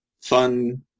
fun